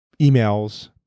emails